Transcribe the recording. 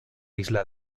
isla